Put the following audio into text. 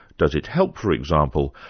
does it help for example,